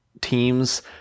teams